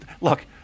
look